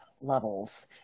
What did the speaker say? levels